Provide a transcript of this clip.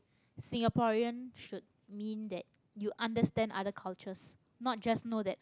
singaporean should mean that you understand other cultures not just know that